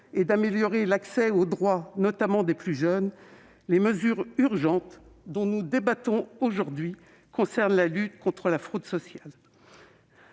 et d'améliorer l'accès aux droits, notamment des plus jeunes, les mesures urgentes dont nous débattons aujourd'hui concernent la lutte contre la fraude sociale.